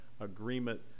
agreement